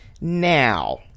Now